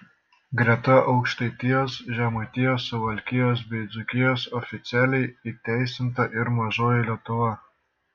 greta aukštaitijos žemaitijos suvalkijos bei dzūkijos oficialiai įteisinta ir mažoji lietuva